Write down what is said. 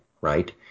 right